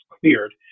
cleared